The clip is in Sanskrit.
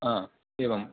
हा एवम्